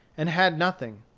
and had nothing.